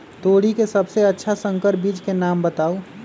तोरी के सबसे अच्छा संकर बीज के नाम बताऊ?